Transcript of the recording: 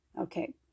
Okay